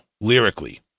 lyrically